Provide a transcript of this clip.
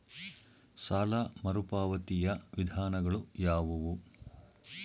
ಸಾಲ ಮರುಪಾವತಿಯ ವಿಧಾನಗಳು ಯಾವುವು?